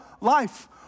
life